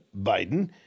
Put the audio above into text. Biden